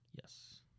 Yes